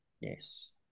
Yes